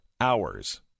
hours